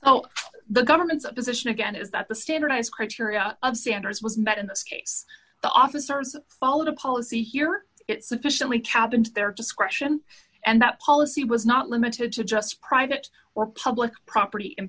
oh the government's position again is that the standardized criteria of standards was met in this case the officers followed a policy here it sufficiently challenge their discretion and that policy was not limited to just private or public property i